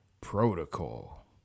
protocol